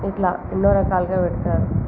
ఇట్లా ఎన్నో రకాలుగా పెడతారు